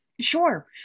Sure